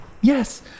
Yes